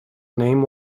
name